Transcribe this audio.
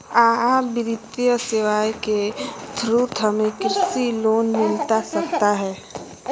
आ वित्तीय सेवाएं के थ्रू हमें कृषि लोन मिलता सकता है?